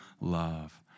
love